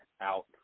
out